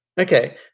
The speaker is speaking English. okay